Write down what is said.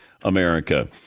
America